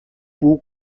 بوق